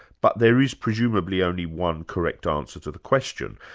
but there is presumably only one correct um answer to the question,